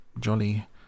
jolly